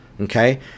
Okay